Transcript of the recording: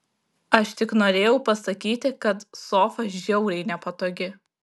aš tik norėjau pasakyti kad sofa žiauriai nepatogi